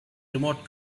remote